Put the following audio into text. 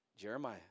Jeremiah